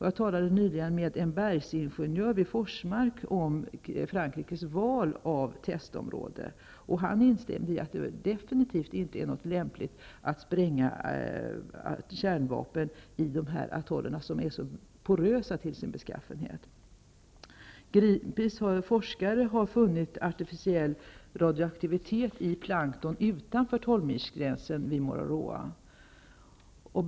Jag talade nyligen med en bergsingenjör vid Forsmark om Frankrikes val av testområde. Han instämde i att det definitivt inte är lämpligt att spränga kärnvapen i de här atollerna, som är så porösa till sin beskaffenhet. Forskare från Greenpeace har funnit artificiell radioaktivitet i plankton utanför tolvmilsgränsen vid Mururoa.